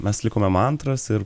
mes likome mantras ir